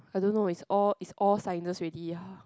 I don't know it's all it's all sciences already ya